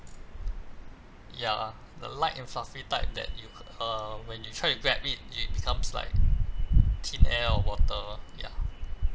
ya lah the light and fluffy type that you could uh when you try to grab it it becomes like thin air or water lor ya